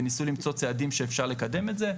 וניסו למצוא צעדים שאפשר לקדם את זה,